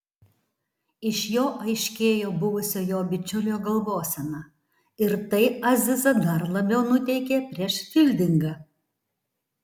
iš jo aiškėjo buvusio jo bičiulio galvosena ir tai azizą dar labiau nuteikė prieš fildingą